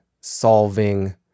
solving